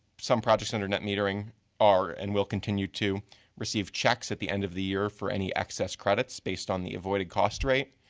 some projects under net metering are and will continue to receive checks at the end of the year for any excess credits based on the avoided cost rate.